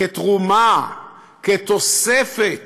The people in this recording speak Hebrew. תרומה, תוספת,